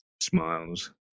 smiles